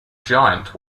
giant